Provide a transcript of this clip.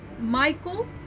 Michael